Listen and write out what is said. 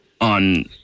on